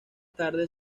tarde